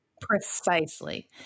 precisely